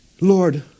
Lord